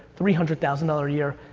three hundred thousand dollars a year,